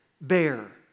bear